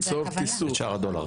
את שער הדולר.